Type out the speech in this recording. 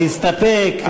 להסתפק,